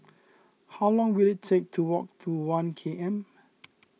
how long will it take to walk to one K M